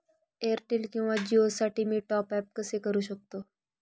Airtel किंवा जिओसाठी मी टॉप ॲप कसे करु शकतो?